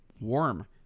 warm